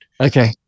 Okay